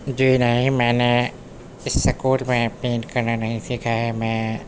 جی نہیں میں نے اس سکوٹ میں پینٹ کرنا نہیں سیکھا ہے میں